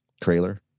trailer